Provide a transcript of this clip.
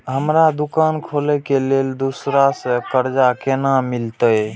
हमरा दुकान खोले के लेल दूसरा से कर्जा केना मिलते?